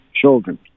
children